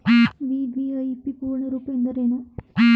VVIP ಪೂರ್ಣ ರೂಪ ಎಂದರೇನು?